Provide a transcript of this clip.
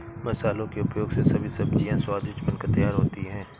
मसालों के उपयोग से सभी सब्जियां स्वादिष्ट बनकर तैयार होती हैं